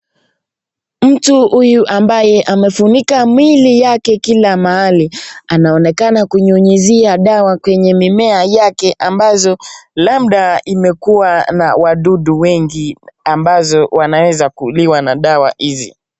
Mtu huyu ambaye amefunika mwili yake kila mahali anaonekana kunyunyizia dawa kwenye mimea yake ambazo labda imekuwa na wadudu wengi ambazo wanaweza kuuliwa na dawa hizi.